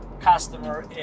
customer